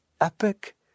epic